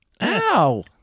Ow